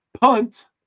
punt